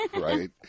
Right